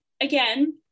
again